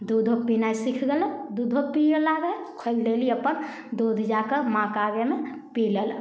दूधो पिनाइ सीखि लेलक दूधो पिअऽ लागल खोलि देली अपन दूध जाके माँके आगेमे पी लेलक